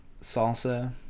salsa